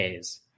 Ks